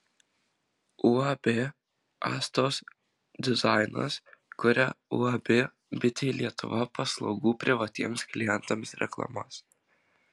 uab astos dizainas kuria uab bitė lietuva paslaugų privatiems klientams reklamas